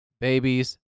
babies